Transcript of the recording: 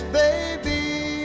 baby